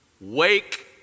wake